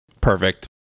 Perfect